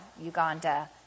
Uganda